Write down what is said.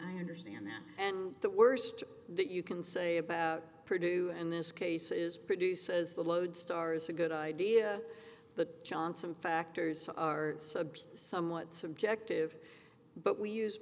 i understand that and the worst that you can say about produce in this case is produce says followed stars a good idea but john some factors are sub somewhat subjective but we use